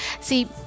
see